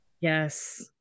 Yes